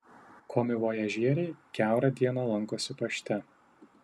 komivojažieriai kiaurą dieną lankosi pašte